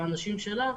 האנשים שלה,